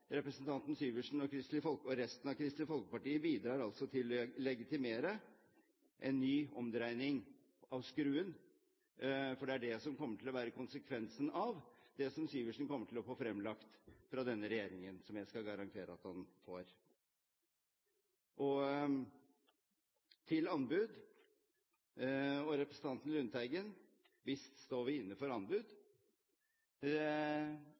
representanten Syversen og resten av Kristelig Folkeparti bidrar altså til å legitimere en ny omdreining av skruen, for det er det som kommer til å være konsekvensen av det som Syversen vil få fremlagt fra denne regjeringen, som jeg skal garantere at han får. Så til anbud og representanten Lundteigen: Visst står vi inne for